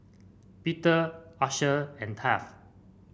Pete Asher and Taft